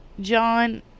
John